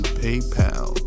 paypal